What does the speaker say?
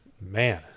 Man